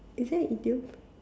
is it an idiom